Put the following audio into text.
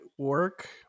work